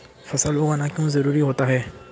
फसल उगाना क्यों जरूरी होता है?